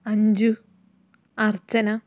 അഞ്ചു അർച്ചന